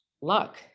luck